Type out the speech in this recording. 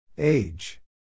Age